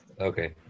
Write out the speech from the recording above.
Okay